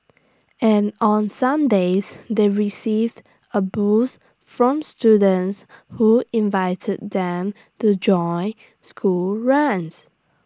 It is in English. and on some days they received A boost from students who invited them to join school runs